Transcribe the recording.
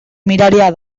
miraria